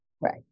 Right